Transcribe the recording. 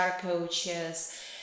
coaches